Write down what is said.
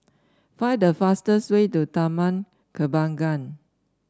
find the fastest way to Taman Kembangan